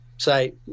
say